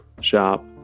shop